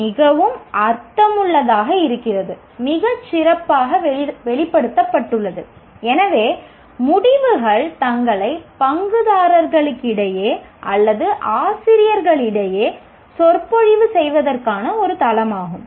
மிகவும் அர்த்தமுள்ளதாக இருக்கிறது மிகச் சிறப்பாக வெளிப்படுத்தப்பட்டுள்ளது எனவே முடிவுகள் தங்களை பங்குதாரர்களிடையே அல்லது ஆசிரியர்களிடையே சொற்பொழிவு செய்வதற்கான ஒரு தளமாகும்